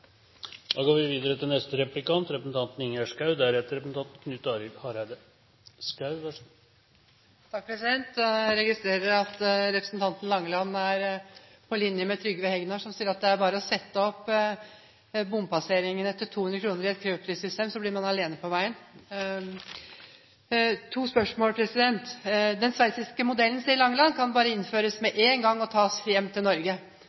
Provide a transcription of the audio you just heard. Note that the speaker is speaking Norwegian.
registrerer at representanten Langeland er på linje med Trygve Hegnar som sier at det er bare å sette opp prisen ved bompasseringene til 200 kr i et køprissystem, så blir man alene på veien. Jeg har to spørsmål. Den sveitsiske modellen, sier Langeland, kan bare innføres med en gang og tas hjem til